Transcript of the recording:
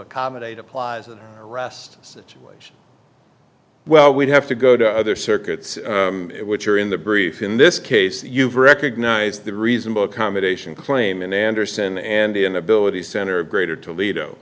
accommodate applies an arrest situation well we'd have to go to other circuits which are in the brief in this case you've recognized the reasonable accommodation claim in anderson and the inability center of greater toledo